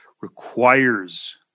requires